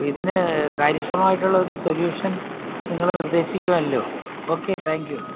അപ്പം ഇതിന് കാര്യക്ഷമമായിട്ടുള്ള ഒരു സൊലൂഷൻ നിങ്ങൾ നിർദ്ദേശിക്കുമല്ലോ ഓക്കെ താങ്ക് യു